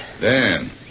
Dan